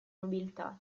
nobiltà